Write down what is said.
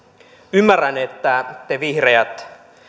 ymmärrän että te vihreät